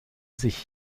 sich